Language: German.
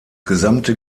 gesamte